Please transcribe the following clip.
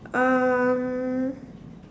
um